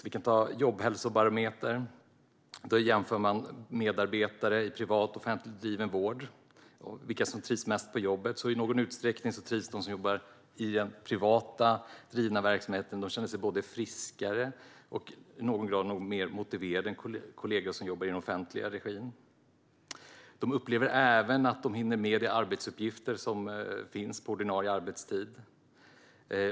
Vi kan ta Jobbhälsobarometern, som jämför medarbetare i privat och offentligt driven vård och vilka som trivs bäst på jobbet. Den visar att de som jobbar i privat driven verksamhet känner sig både friskare och i någon grad mer motiverade än kollegor som jobbar i offentlig regi. De upplever även att de hinner med de arbetsuppgifter som finns på ordinarie arbetstid.